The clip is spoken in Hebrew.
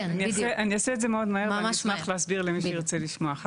אני אעשה את זה מאוד מהר ואני אשמח להסביר למי שירצה לשמוע,